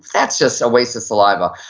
that's just a waste of saliva.